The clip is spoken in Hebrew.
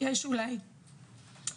אפשר להתייחס לזה כתשלום,